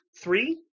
Three